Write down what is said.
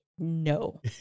No